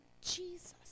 Jesus